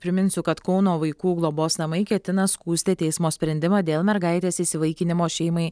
priminsiu kad kauno vaikų globos namai ketina skųsti teismo sprendimą dėl mergaitės įsivaikinimo šeimai